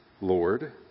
Lord